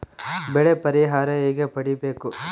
ಬೆಳೆ ಪರಿಹಾರ ಹೇಗೆ ಪಡಿಬೇಕು?